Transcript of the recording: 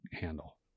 handle